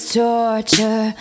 torture